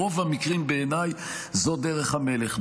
ברוב המקרים, בעיניי, זאת דרך המלך.